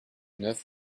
neuf